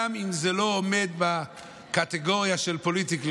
גם אם זה לא עומד בקטגוריה של פוליטיקלי